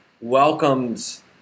welcomes